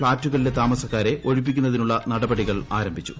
ഫ്ളാറ്റുകളിലെ താമസക്കാരെ ഒഴിപ്പിക്കുന്നതിനുള്ള നടപടികൾ ആരംഭിച്ചു